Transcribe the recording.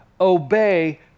obey